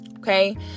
Okay